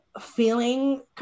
feeling